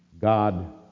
God